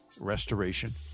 Restoration